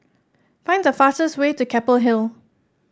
find the fastest way to Keppel Hill